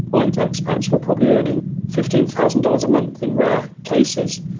white ex-pats were probably earning fifteen thousand dollars a month in rare cases.